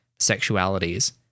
sexualities